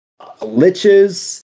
liches